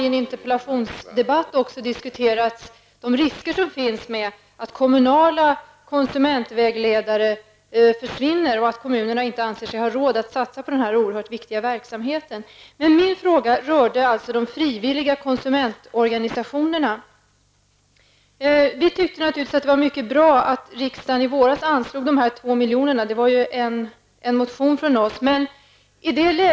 I en interpellationsdebatt nyligen diskuterades de risker som finns med att kommunala konsumentvägledare försvinner och att kommunerna inte anser sig ha råd att satsa på den här så oerhört viktiga verksamheten. Min fråga rörde alltså de frivilliga konsumentorganisationerna. Vi i vänsterpartiet tycker naturligtvis att det är mycket bra att riksdagen i våras anslog 2 milj.kr. -- ett krav som vi framfört i en motion.